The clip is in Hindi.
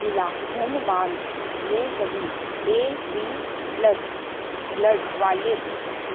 जिला धनबाद में सभी ए बी प्लस ब्लड वाले